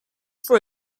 for